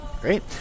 Great